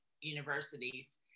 universities